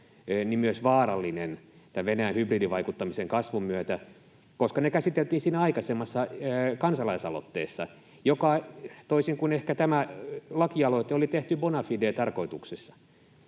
myös vaarallinen tämän Venäjän hybridivaikuttamisen kasvun myötä, koska ne käsiteltiin siinä aikaisemmassa kansalaisaloitteessa, joka — toisin kuin ehkä tämä lakialoite — oli tehty bona fide ‑tarkoituksessa.